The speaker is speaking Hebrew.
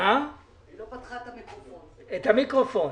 מנהלת המרכז למחקר בעיריית תל אביב.